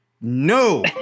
No